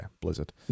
Blizzard